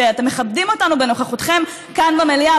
שאתם מכבדים אותנו בנוכחותכם כאן במליאה,